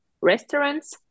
restaurants